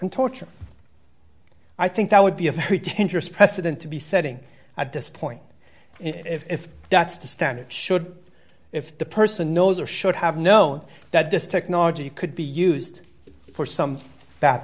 and torture i think that would be a very tenuous precedent to be setting at this point if that's the standard should if the person knows or should have known that this technology could be used for some